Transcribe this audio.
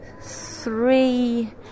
three